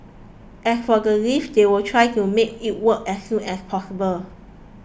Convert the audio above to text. as for the lift they will try to make it work as soon as possible